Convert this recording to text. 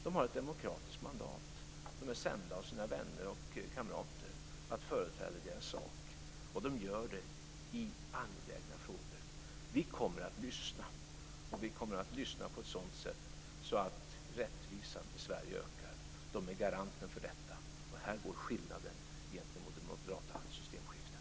De har ett demokratiskt mandat. De är sända av sina vänner och kamrater att företräda deras sak, och de gör det i angelägna frågor. Vi kommer att lyssna, och vi kommer att lyssna på ett sådant sätt att rättvisan i Sverige ökar. De är garanten för detta. Det är skillnaden gentemot det moderata systemskiftet.